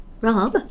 Rob